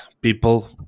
People